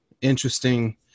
interesting